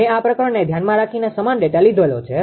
મેં આ પ્રકરણને ધ્યાનમાં રાખીને સમાન ડેટા લીધો છે